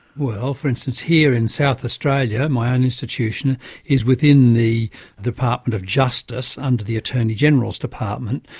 well, for instance here in south australia, my own institution is within the department of justice under the attorney-general's department,